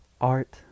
art